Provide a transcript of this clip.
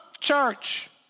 Church